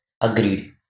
Agreed